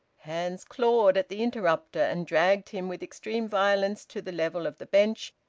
hands clawed at the interrupter and dragged him with extreme violence to the level of the bench,